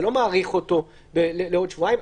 זה לא מאריך אותו לעוד שבועיים,